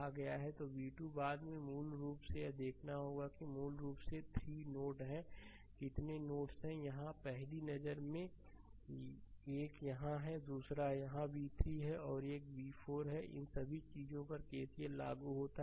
तो v2 बाद में मूल रूप से यह देखना है कि मूल रूप से 3 नोड हैं कितने नोड्स हैं एक यहाँ पहली नज़र में है एक यहाँ है और दूसरा यहाँ v3 है एक और v4 है इन सभी चीजों पर केसीएल लागू होता है